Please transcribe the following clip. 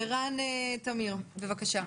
ערן טמיר, בבקשה.